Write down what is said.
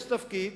יש תפקיד,